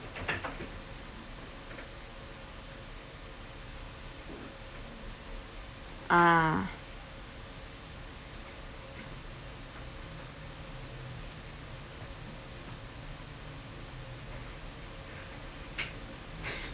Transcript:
ah